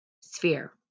sphere